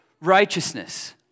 righteousness